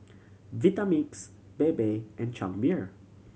Vitamix Bebe and Chang Beer